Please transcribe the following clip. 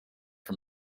for